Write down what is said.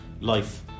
life